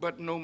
but no